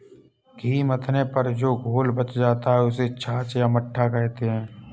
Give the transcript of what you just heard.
घी मथने पर जो घोल बच जाता है, उसको छाछ या मट्ठा कहते हैं